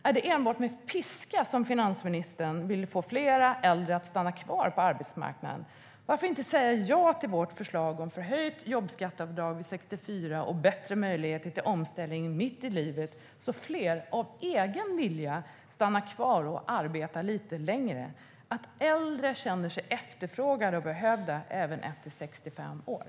Är det enbart med piska som finansministern vill få fler äldre att stanna kvar på arbetsmarknaden? Varför inte säga ja till vårt förslag om förhöjt jobbskatteavdrag vid 64 och bättre möjligheter till omställning mitt i livet så att fler, av egen vilja, stannar kvar och arbetar lite längre och så att äldre känner sig efterfrågade och behövda även efter 65 år?